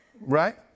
right